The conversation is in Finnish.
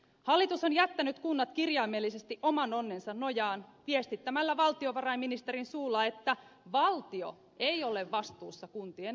hallitus on jättänyt kunnat kirjaimellisesti oman onnensa nojaan viestittämällä valtiovarainministerin suulla että valtio ei ole vastuussa kuntien ongelmista